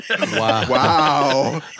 Wow